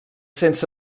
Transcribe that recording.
sense